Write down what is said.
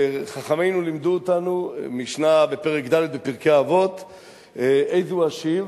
וחכמינו לימדו אותנו במשנה בפרק ד' בפרקי אבות: איזהו עשיר,